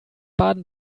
baden